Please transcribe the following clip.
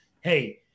hey